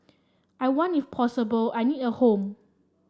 I want if possible I need a home